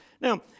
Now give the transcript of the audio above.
Now